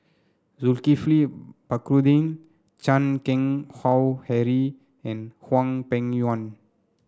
Zulkifli Baharudin Chan Keng Howe Harry and Hwang Peng Yuan